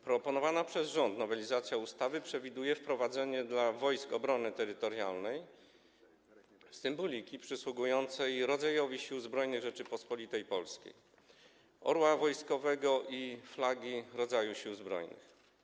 Proponowana przez rząd nowelizacja ustawy przewiduje wprowadzenie dla Wojsk Obrony Terytorialnej symboliki przysługującej rodzajowi Sił Zbrojnych Rzeczypospolitej Polskiej: orła wojskowego i flagi rodzaju Sił Zbrojnych.